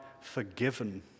forgiven